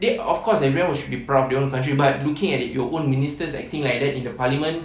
they of course everyone should be proud of their own country but looking at your own ministers acting like that in the parliament